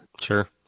Sure